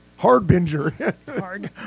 Hardbinger